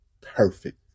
Perfect